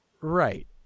Right